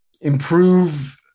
improve